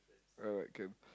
uh can